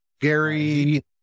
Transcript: Gary